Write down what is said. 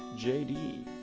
JD